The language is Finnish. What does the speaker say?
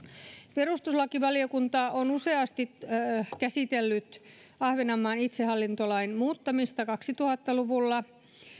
perustuslakivaliokunta on useasti käsitellyt ahvenanmaan itsehallintolain muuttamista kaksituhatta luvulla